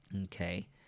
Okay